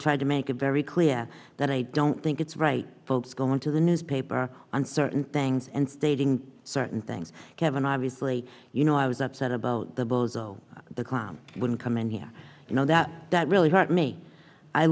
tried to make it very clear that i don't think it's right folks going to the newspaper and certain things and stating certain things kevin obviously you know i was upset about the bozo the clown wouldn't come in here you know that really hurt me i